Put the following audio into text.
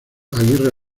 aguirre